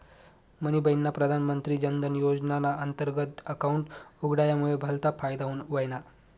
मनी बहिनना प्रधानमंत्री जनधन योजनाना अंतर्गत अकाउंट उघडामुये भलता फायदा व्हयना